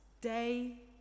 day